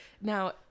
Now